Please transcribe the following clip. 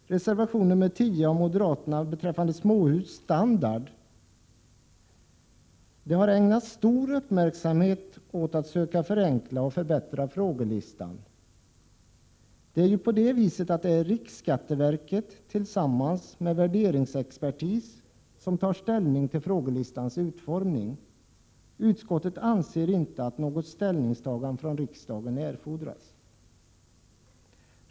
Reservation nr 10 av moderaterna gäller småhusets standard. Man har ägnat stor uppmärksamhet åt att söka förenkla och förbättra frågelistan. RSV —riksskatteverket— tillsammans med värderingsexpertis tar ställning till frågelistans utformning. Utskottet anser inte att något ställningstagande från riksdagen erfordras.